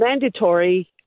mandatory